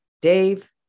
Dave